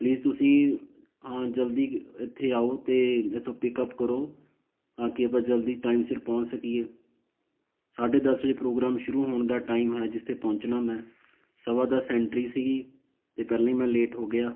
please ਤੁਸੀਂ ਜਲਦੀ ਇੱਥੇ ਆਓ ਅਤੇ ਇੱਥੋਂ ਪਿਕਅਪ ਕਰੋ ਤਾਂ ਕਿ ਆਪਾਂ ਜਲਦੀ ਟਾਈਮ ਸਿਰ ਪਹੁੰਚ ਸਕੀਏ ਸਾਢੇ ਦਸ ਵਜੇ ਪ੍ਰੋਗਰਾਮ ਸ਼ੁਰੂ ਹੋਣ ਦਾ ਟਾਈਮ ਹੈ ਜਿਸ 'ਤੇ ਪਹੁੰਚਣਾ ਮੈਂ ਸਵਾ ਦਸ ਐਂਟਰੀ ਸੀਗੀ ਅਤੇ ਪਹਿਲਾਂ ਹੀ ਮੈਂ ਲੇਟ ਹੋ ਗਿਆ